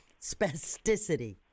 spasticity